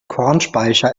kornspeicher